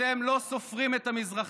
אתם לא סופרים את המזרחים,